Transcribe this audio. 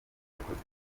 yakoze